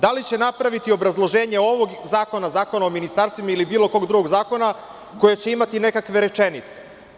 Da li će napraviti obrazloženje ovog zakona, Zakona o ministarstvima ili bilo kog drugog zakona koje će imati nekakve rečenice.